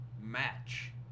match